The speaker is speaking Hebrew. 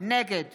נגד